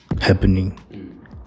happening